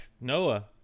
Noah